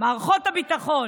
מערכות הביטחון.